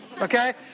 Okay